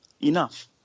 enough